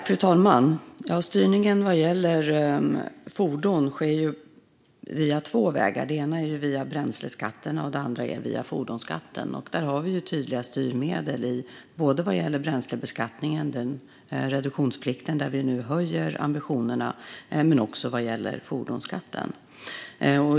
Fru talman! Styrningen när det gäller fordon sker via två vägar. Den ena är bränsleskatterna och den andra är fordonsskatten. Där har vi tydliga styrmedel både vad gäller bränslebeskattningen, reduktionsplikten, där vi nu höjer ambitionerna, och vad gäller fordonsskatten.